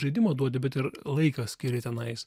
žaidimą duodi bet ir laiką skiria tenais